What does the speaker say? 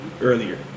Earlier